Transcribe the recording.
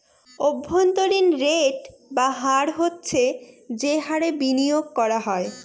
অভ্যন্তরীন রেট বা হার হচ্ছে যে হারে বিনিয়োগ করা হয়